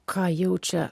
ką jaučia